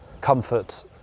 comfort